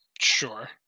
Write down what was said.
Sure